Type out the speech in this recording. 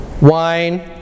wine